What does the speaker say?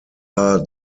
war